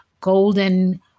golden